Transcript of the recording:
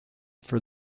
for